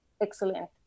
excellent